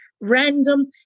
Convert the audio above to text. random